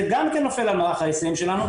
זה גם כן נופל על מערך ההיסעים שלנו,